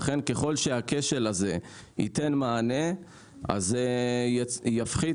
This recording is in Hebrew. לכן ככל שהכשל הזה ייתן מענה אז זה יפחית